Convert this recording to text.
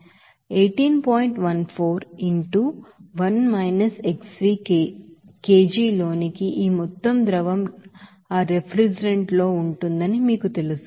14 inti 1 - xv kg లోనికి ఈ మొత్తం ద్రవం ఆ రిఫ్రిజిరెంట్ లో ఉంటుందని మీకు తెలుసు